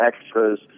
extras